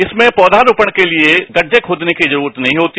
इसमें पौधारोपण के लिए गड्डे खोदने की जरूरत नहीं होती